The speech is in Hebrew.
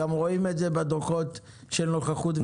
גם רואים את זה בדוחות של הנוכחות,